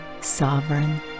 Sovereign